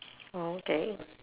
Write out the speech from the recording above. orh okay